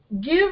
give